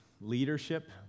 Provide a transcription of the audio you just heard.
leadership